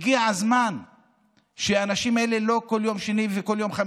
הגיע הזמן שהאנשים האלה לא יעשו כל יום שני וחמישי,